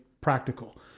practical